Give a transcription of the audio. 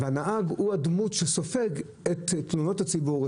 הנהג הוא הדמות שסופגת את תלונות הציבור,